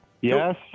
Yes